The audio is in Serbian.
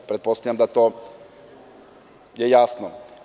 Pretpostavljam da je to jasno.